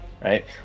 Right